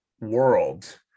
world